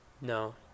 no